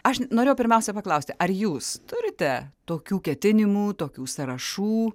aš norėjau pirmiausia paklausti ar jūs turite tokių ketinimų tokių sąrašų